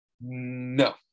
No